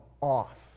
off